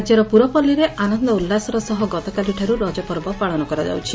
ରାଜ୍ୟର ପୁରପଲ୍ଲୀରେ ଆନନ୍ଦ ଉଲ୍କାସର ସହ ଗତକାଲିଠାରୁ ରଜପର୍ବ ପାଳନ କରାଯାଉଛି